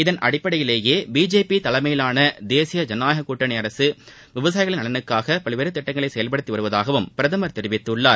இதன் அடிப்படையிலேயே பிஜேபி தலைமையிலான தேசிய ஜனநாயகக் கூட்டணி அரசு விவசாயிகளின் நலன்களுக்காக பல்வேறு திட்டங்களை செயல்படுத்தி வருவதாகவும் பிரதமா் தெரிவித்துள்ளார்